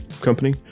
company